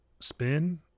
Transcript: spin